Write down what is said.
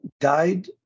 died